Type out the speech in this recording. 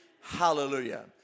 Hallelujah